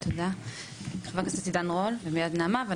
עידן רול, בבקשה.